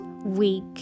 week